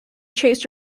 chased